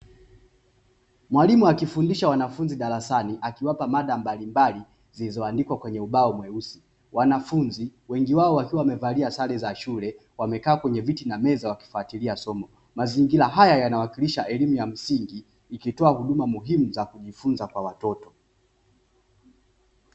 Mwalimu akifundisha wanafunzi darasani, akiwapa mada mbalimbali zilizoandikwa kwenye ubao mweusi. Wanafunzi, wengi wao wakiwa wamevalia sare za shule wamekaa kwenye viti na meza wanafatilia somo. Mazingira haya yanawakilisha elimu ya msingi ikitoa mazingira ya kujifunza kwa watoto.